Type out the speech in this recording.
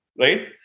right